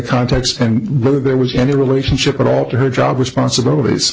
context and whether there was any relationship at all to her job responsibilities